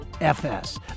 FS